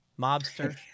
mobster